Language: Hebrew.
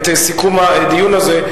את סיכום הדיון הזה,